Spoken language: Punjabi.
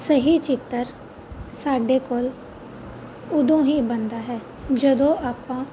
ਸਹੀ ਚਿੱਤਰ ਸਾਡੇ ਕੋਲ ਉਦੋਂ ਹੀ ਬਣਦਾ ਹੈ ਜਦੋਂ ਆਪਾਂ